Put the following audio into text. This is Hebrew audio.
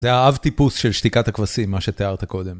זה האב טיפוס של שתיקת הכבשים, מה שתיארת קודם.